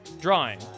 Drawing